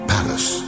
Palace